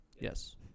Yes